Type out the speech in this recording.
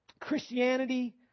Christianity